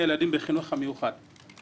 היא כמעט זרקה אותו מתחום השטח המוניציפאלי שלה.